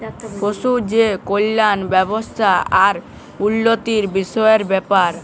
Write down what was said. পশু যে কল্যাল ব্যাবস্থা আর উল্লতির বিষয়ের ব্যাপার